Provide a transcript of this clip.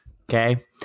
okay